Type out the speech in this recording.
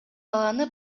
баланы